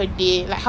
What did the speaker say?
ya